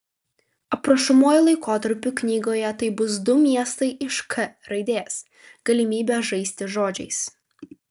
aprašomuoju laikotarpiu knygoje tai bus du miestai iš k raidės galimybė žaisti žodžiais